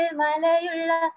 malayula